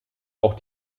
auch